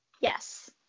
Yes